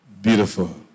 Beautiful